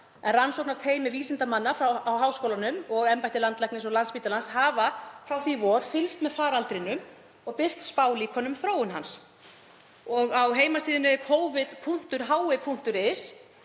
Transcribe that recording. En rannsóknarteymi vísindamanna frá Háskóla Íslands og embætti landlæknis og Landspítalans hafa frá því í vor fylgst með faraldrinum og birt spálíkön um þróun hans. Á heimasíðunni covid.hi.is